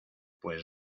pues